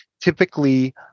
typically